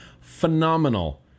Phenomenal